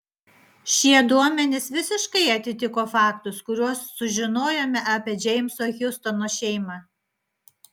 šie duomenys visiškai atitiko faktus kuriuos sužinojome apie džeimso hiustono šeimą